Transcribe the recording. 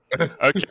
Okay